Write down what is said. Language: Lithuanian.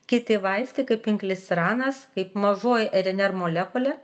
kiti vaistai kaip inklisiranas kaip mažoji rnr molekulė